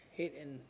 hate and